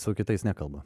su kitais nekalba